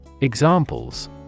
Examples